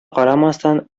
карамастан